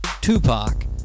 Tupac